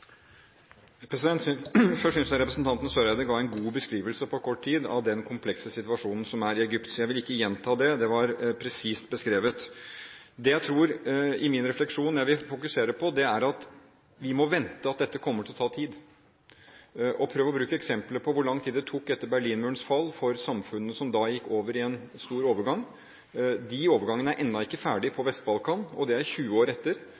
Først synes jeg representanten Eriksen Søreide ga en god beskrivelse på kort tid av den komplekse situasjonen som er i Egypt. Jeg vil ikke gjenta det da det var presist beskrevet. Min refleksjon rundt dette, og det jeg vil fokusere på, er at vi må vente at dette kommer til å ta tid. Bruk som eksempel hvor lang tid det tok etter Berlinmurens fall for samfunnene som da gikk inn i en stor overgang. De overgangene er ennå ikke ferdige på Vest-Balkan, og det er 20 år siden. Nå er vi bare noen måneder etter